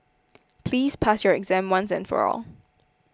please pass your exam once and for all